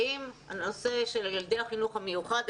אנחנו דנים בנושא של ילדי החינוך המיוחד,